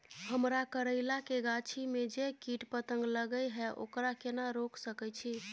हमरा करैला के गाछी में जै कीट पतंग लगे हैं ओकरा केना रोक सके छी?